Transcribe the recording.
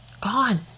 gone